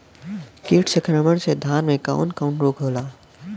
कीट संक्रमण से धान में कवन कवन रोग होला?